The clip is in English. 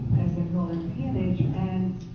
as they call it, peonage. um